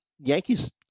Yankees